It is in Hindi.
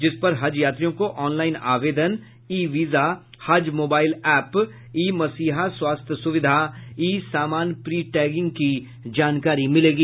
जिस पर हज यात्रियों को ऑनलाइन आवेदन e visa Haj mobile app e Masiha स्वास्थ्य सुविधा ई सामान प्री टैगिंग की जानकारी मिलेगी